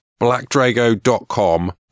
blackdrago.com